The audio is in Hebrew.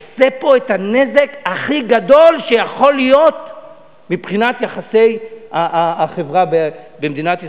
עושה פה את הנזק הכי גדול שיכול להיות מבחינת יחסי החברה במדינת ישראל.